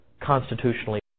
constitutionally